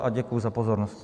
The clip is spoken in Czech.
A děkuju za pozornost.